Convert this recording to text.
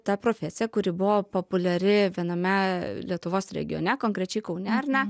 ta profesija kuri buvo populiari viename lietuvos regione konkrečiai kaune ar ne